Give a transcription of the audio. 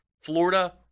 Florida